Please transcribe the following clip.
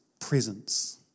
presence